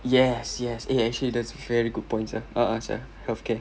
yes yes eh actually that's very good points ah a'ah sia healthcare